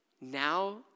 Now